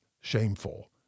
shameful